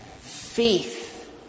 Faith